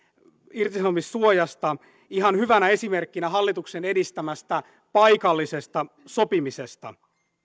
irtisanomissuojasta ihan hyvänä esimerkkinä hallituksen edistämästä paikallisesta sopimisesta